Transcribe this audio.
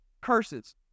curses